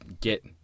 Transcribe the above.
get